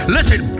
Listen